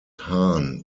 hahn